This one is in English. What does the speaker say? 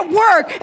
work